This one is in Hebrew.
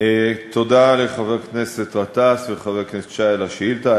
תודה לחבר הכנסת גטאס ולחבר הכנסת שי על השאילתה.